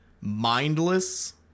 mindless